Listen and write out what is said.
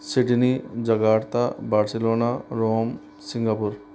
Sydney Jakarta Barcelona Rome Singapore